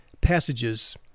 passages